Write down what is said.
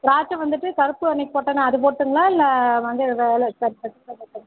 திராட்சை வந்துட்டு கருப்பு அன்றைக்கி போட்டேனே அது போடட்டுங்களா இல்லை வந்து வேறு